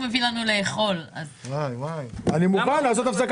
אני שואל על רשויות הפיקוח.